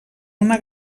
una